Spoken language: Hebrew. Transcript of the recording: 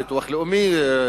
ביטוח לאומי,